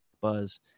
buzz